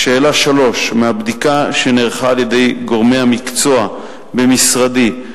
3. מהבדיקה שנערכה על-ידי גורמי המקצוע במשרדי,